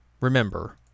remember